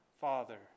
Father